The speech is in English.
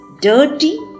Dirty